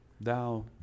Thou